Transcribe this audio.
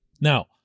Now